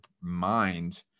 mind